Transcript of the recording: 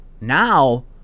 Now